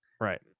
Right